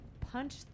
punch